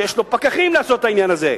שיש לו פקחים לעשות את העניין הזה,